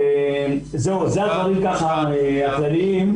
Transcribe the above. אלה הדברים הכלליים.